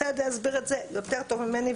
אתה יודע להסביר את זה יותר טוב ממני,